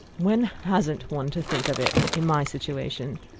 when hasn't one to think of it, in my situation?